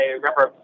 remember